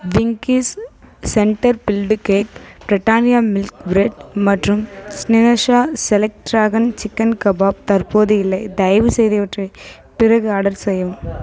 Winkies centre filled cake Britannia milk bread மற்றும் ஸ்னேஹாஸா select dragon chicken kebab தற்போது இல்லை தயவுசெய்து இவற்றை பிறகு ஆர்டர் செய்யவும்